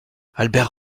albert